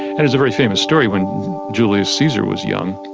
and there's a very famous story. when julius caesar was young,